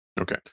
Okay